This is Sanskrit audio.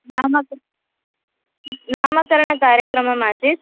नामक नामकरणकार्यक्रमः आसीत्